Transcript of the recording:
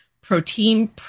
protein